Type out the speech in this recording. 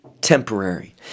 temporary